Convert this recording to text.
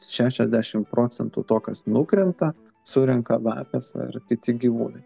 šešiasdešim procentų to kas nukrenta surenka lapes ar kiti gyvūnai